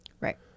Right